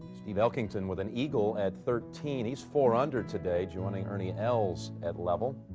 steve elkington with an eagle at thirteen, he's four under today, joining ernie ells at level.